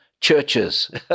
churches